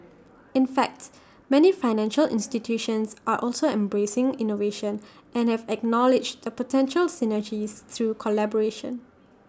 in fact many financial institutions are also embracing innovation and have acknowledged the potential synergies through collaboration